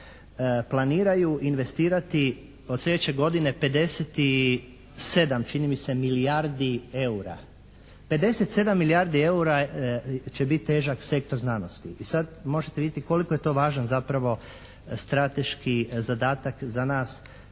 planiraju investirati od sljedeće godine 57 čini mi se milijardi eura. 57 milijardi eura će biti težak sektor znanosti i sada možete vidjeti koliko je to važan zapravo strateški zadatak za nas,